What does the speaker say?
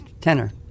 tenor